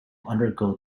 undergo